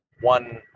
one